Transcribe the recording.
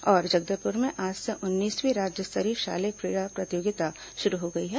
और जगदलपुर में आज से उन्नीसवीं राज्य स्तरीय शालेय क्रीडा प्रतियोगिता शुरू हो गई है